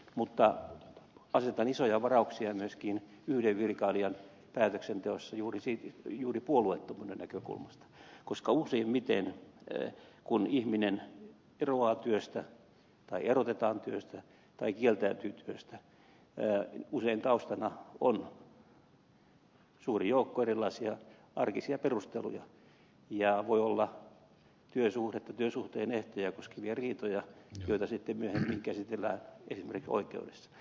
mutta asetan isoja varauksia myöskin yhden virkailijan päätöksenteolle juuri puolueettomuuden näkökulmasta koska useimmiten kun ihminen eroaa työstä tai erotetaan työstä tai kieltäytyy työstä usein taustana on suuri joukko erilaisia arkisia perusteluja ja voi olla työsuhdetta työsuhteen ehtoja koskevia riitoja joita sitten myöhemmin käsitellään esimerkiksi oikeudessa